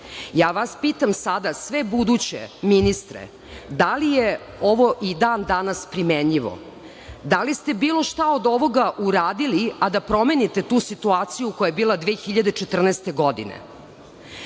vas pitam, sve buduće ministre, da li je ovo i dan danas primenljivo? Da li ste bilo šta od ovoga uradili, a da promenite situaciju koja je bila 2014. godine?